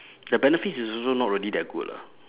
the benefits is also not really that good lah